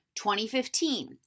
2015